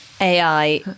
AI